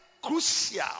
Crucial